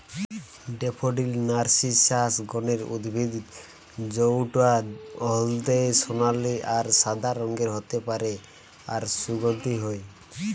daffodil narcissus গণের উদ্ভিদ জউটা হলদে সোনালী আর সাদা রঙের হতে পারে আর সুগন্ধি হয়